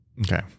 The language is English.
Okay